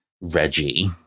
Reggie